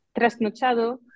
trasnochado